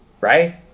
right